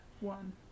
One